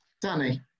Danny